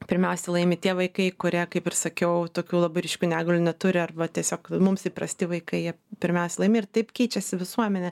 pirmiausia laimi tie vaikai kurie kaip ir sakiau tokių labai ryškių negalių neturi arba tiesiog mums įprasti vaikai jie pirmiausia laimi ir taip keičiasi visuomenė